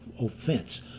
offense